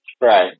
Right